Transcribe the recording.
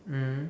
mm